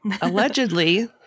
Allegedly